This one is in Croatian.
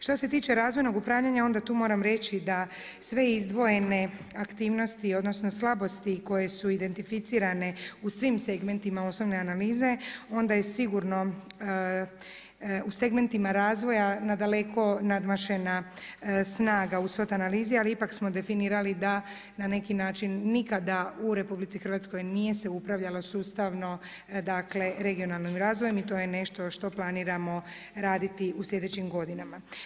Što se tiče razvojnog upravljanja, onda tu moram reći, da sve izdvojene aktivnosti, odnosno slabosti, koje su identificirane u svim segmentima osnovne analize, onda je sigurno u segmentima razvoja nadaleko nadmašena snaga u SWOT analizi, ali ipak smo definirali da na neki način nikada u RH, nije se upravljalo sustavno, dakle, regionalnim razvojem i to je nešto što planiramo raditi u sljedećim godinama.